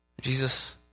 Jesus